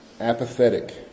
apathetic